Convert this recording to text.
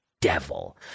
Devil